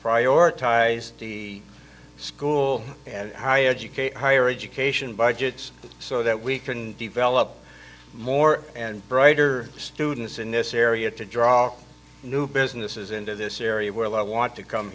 prioritize the school and high educate higher education budgets so that we can develop more and brighter students in this area to draw new businesses into this area where a lot want to come